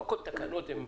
לא כל התקנות הן